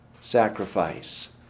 sacrifice